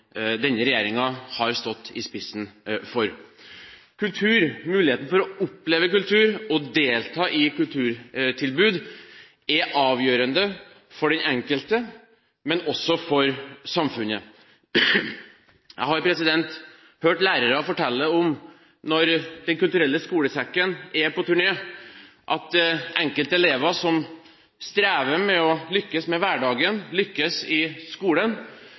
denne regjeringen har stått i spissen for. Kultur, muligheten for å oppleve kultur og delta i kulturtilbud er avgjørende for den enkelte, men også for samfunnet. Jeg har hørt lærere fortelle om når Den kulturelle skolesekken er på turné, at enkelte elever som strever med å lykkes med hverdagen og lykkes i skolen,